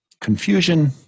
confusion